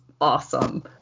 awesome